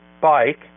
bike